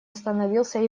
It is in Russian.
остановился